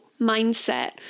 mindset